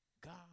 God